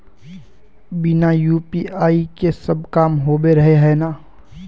बिना यु.पी.आई के सब काम होबे रहे है ना?